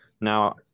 now